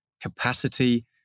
capacity